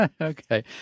okay